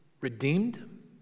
redeemed